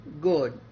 good